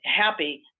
happy